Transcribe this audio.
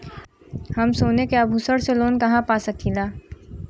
हम सोने के आभूषण से लोन कहा पा सकीला?